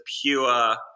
pure